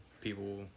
People